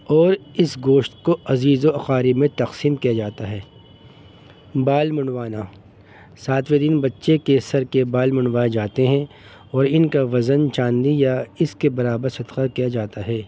اور اس گوشت کو عزیز و اقارب میں تقسیم کیا جاتا ہے بال منڈوانا ساتویں دن بچے کے سر کے بال منڈوائے جاتے ہیں اور ان کا وزن چاندی یا اس کے برابر صدقہ کیا جاتا ہے